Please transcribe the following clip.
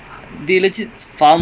I don't know lah